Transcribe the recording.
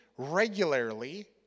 regularly